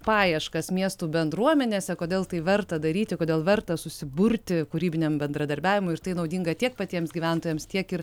paieškas miestų bendruomenėse kodėl tai verta daryti kodėl verta susiburti kūrybiniam bendradarbiavimui ir tai naudinga tiek patiems gyventojams tiek ir